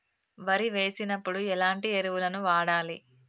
వరి వేసినప్పుడు ఎలాంటి ఎరువులను వాడాలి?